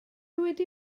wedi